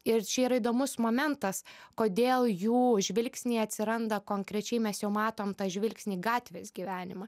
ir čia yra įdomus momentas kodėl jų žvilgsniai atsiranda konkrečiai mes jau matom tą žvilgsnį į gatvės gyvenimą